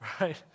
right